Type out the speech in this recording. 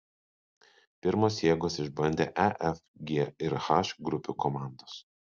pirmos jėgas išbandė e f g ir h grupių komandos